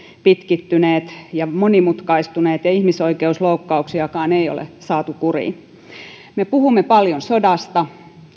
pitkittyneet ja monimutkaistuneet ja ihmisoikeusloukkauksiakaan ei ole saatu kuriin me puhumme paljon sodasta